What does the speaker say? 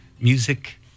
music